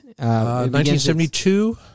1972